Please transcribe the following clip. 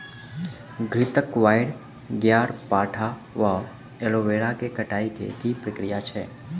घृतक्वाइर, ग्यारपाठा वा एलोवेरा केँ कटाई केँ की प्रक्रिया छैक?